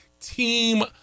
team